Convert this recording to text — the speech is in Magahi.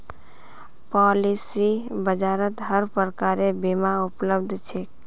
पॉलिसी बाजारत हर प्रकारेर बीमा उपलब्ध छेक